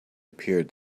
appeared